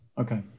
Okay